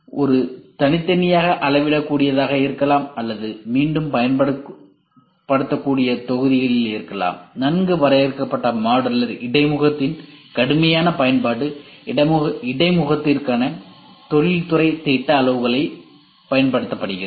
இது தனித்தனியாக அளவிடக்கூடியதாக இருக்கலாம் மற்றும் அது மீண்டும் பயன்படுத்தக்கூடிய தொகுதிகளில் இருக்கலாம் நன்கு வரையறுக்கப்பட்ட மாடுலர் இடைமுகத்தின் கடுமையான பயன்பாடு இடைமுகத்திற்கான தொழில்துறை திட்ட அளவுகளைப் பயன்படுத்துகிறது